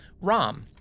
Rom